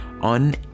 on